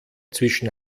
zwischen